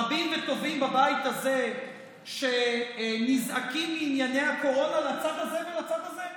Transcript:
רבים וטובים בבית הזה שנזעקים לענייני הקורונה מהצד הזה ומהצד הזה.